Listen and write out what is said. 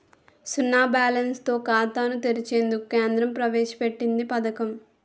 సున్నా బ్యాలెన్స్ తో ఖాతాను తెరిచేందుకు కేంద్రం ప్రవేశ పెట్టింది పథకం